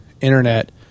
internet